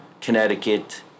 Connecticut